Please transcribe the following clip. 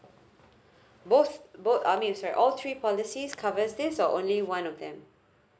both both I mean sorry all three policies cover this or only one of them